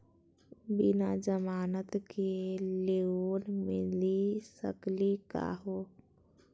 बिना जमानत के लोन मिली सकली का हो?